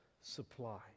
supply